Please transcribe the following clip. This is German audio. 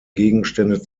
gegenstände